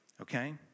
Okay